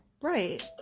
Right